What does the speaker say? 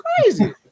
crazy